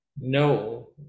No